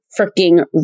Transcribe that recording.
freaking